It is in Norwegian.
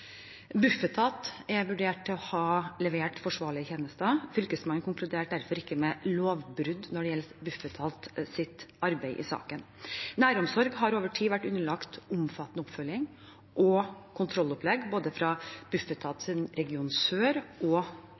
er vurdert å ha levert forsvarlige tjenester. Fylkesmannen konkluderte derfor ikke med lovbrudd når det gjelder Bufetats arbeid i saken. Næromsorg har over tid vært underlagt omfattende oppfølging og kontroll både fra Bufetats region sør og